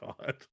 God